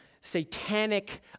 satanic